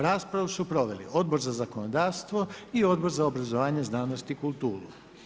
Raspravu su proveli Odbor za zakonodavstvo i Odbor za obrazovanje, znanost i kulturu.